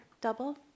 double